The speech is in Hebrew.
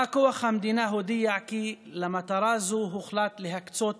בא כוח המדינה הודיע כי למטרה זו הוחלט להקצות